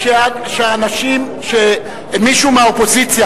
שמישהו מהאופוזיציה,